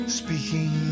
speaking